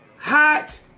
Hot